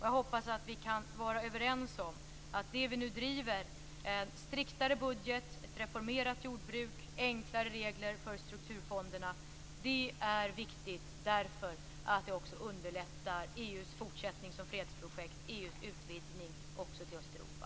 Jag hoppas att vi kan vara överens om att det vi nu driver, striktare budget, ett reformerat jordbruk och enklare regler för strukturfonderna, är viktigt därför att det också underlättar EU:s fortsättning som fredsprojekt och EU:s utvidgning till Östeuropa.